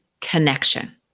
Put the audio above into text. connection